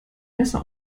messer